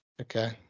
Okay